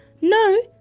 No